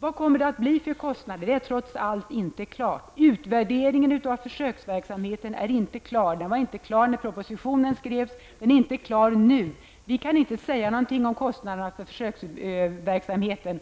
Vad blir det för kostnader? Det är trots allt inte klart. Utvärderingen av försöksverksamheten är inte klar. Den var inte klar när propositionen skrevs, och den är inte klar nu. Vi kan inte säga någonting om kostnaderna för försöksverksamheten.